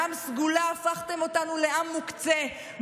מעם סגולה הפכתם אותנו לעם מוקצה,